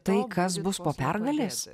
tai kas bus po pergalės